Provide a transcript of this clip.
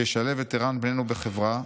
שישלב את ערן בננו בחברה,